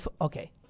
Okay